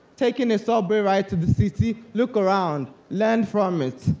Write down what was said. taking a subway ride to the city, look around, learn from it.